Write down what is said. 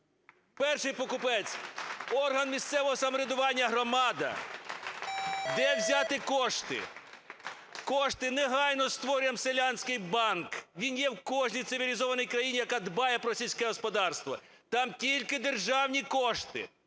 перший покупець орган місцевого самоврядування – громада. Де взяти кошти? Негайно створюємо селянський банк, він є в кожній цивілізований країні, яка дбає про сільське господарство. Там тільки державні кошти,